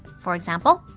for example,